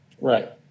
Right